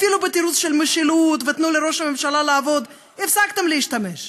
אפילו בתירוץ של משילות ו"תנו לראש הממשלה לעבוד" הפסקתם להשתמש.